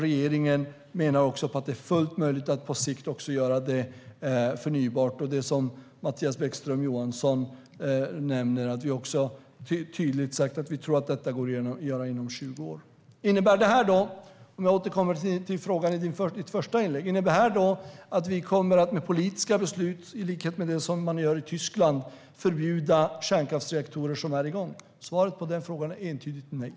Regeringen menar också att det är fullt möjligt att på sikt göra det förnybart. Som Mattias Bäckström Johansson nämner har vi tydligt sagt att vi tror att det går att göra inom 20 år. Innebär detta, för att återkomma till frågan i ditt första inlägg, att vi med politiska beslut, som man gör i Tyskland, kommer att förbjuda kärnkraftsreaktorer som är igång? Svaret på den frågan är entydigt nej.